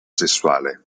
sessuale